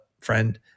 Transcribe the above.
friend